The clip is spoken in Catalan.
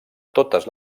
totes